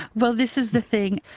well this is the thing.